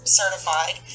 certified